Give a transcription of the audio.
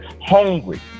hungry